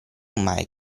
mai